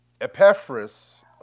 Epaphras